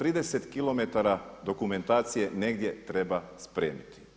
30 km dokumentacije negdje treba spremiti.